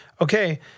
okay